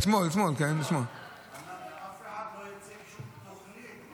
אף אחד לא הציג שום תוכנית,